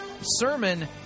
sermon